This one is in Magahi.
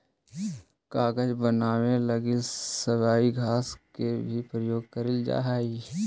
कागज बनावे लगी सबई घास के भी प्रयोग कईल जा हई